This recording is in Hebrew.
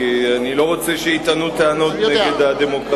כי אני לא רוצה שיטענו טענות נגד הדמוקרטיזציה.